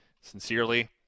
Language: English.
Sincerely